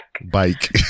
Bike